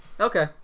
Okay